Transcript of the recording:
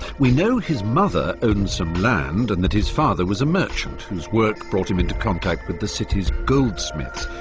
we know his mother owned some land and that his father was a merchant, whose work brought him into contact with the city's goldsmiths,